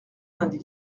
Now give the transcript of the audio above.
vingt